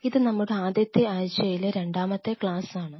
ഇത് നമ്മുടെ ആദ്യത്തെ ആഴ്ചയിലെ രണ്ടാമത്തെ ക്ലാസ്സ് ആണ്